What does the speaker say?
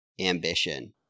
ambition